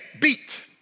beat